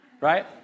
right